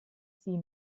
sie